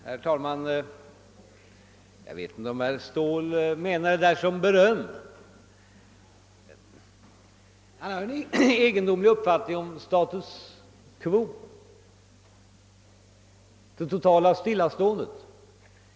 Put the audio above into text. Herr talman! Jag vet inte om herr Ståhl menar det han sade som beröm eller inte. — Han har emellertid en egendomlig uppfattning om status quo, det totala stillaståendet.